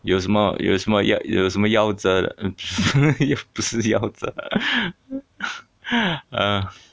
有什么有什么也有什么夭折了只是写好字啊